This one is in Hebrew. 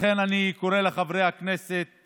לכן אני קורא לחברי הכנסת